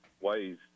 ways